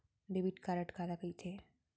Debit card काला कहिथे?